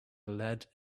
lead